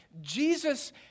Jesus